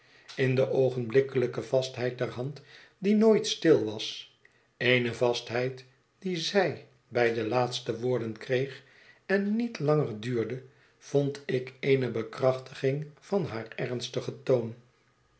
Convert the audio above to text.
in de oogenblikkelijke vastheid der hand die nooit stil was eene vastheid die zij bij de laatste woorden kreeg en niet langer duurde vond ik eene bekrachtiging van haar ernstigen toon